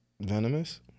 Venomous